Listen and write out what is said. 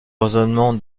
raisonnement